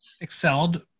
excelled